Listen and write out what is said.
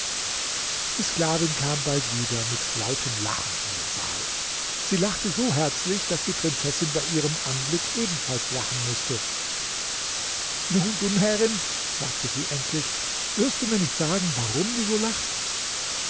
die sklavin kam bald wieder mit lautem lachen in den saal sie lachte so herzlich daß die prinzessin bei ihrem anblick ebenfalls lachen mußte nun du närrin sagte sie endlich wirst du mir nicht sagen warum du so lachst